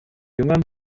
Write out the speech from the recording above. jüngern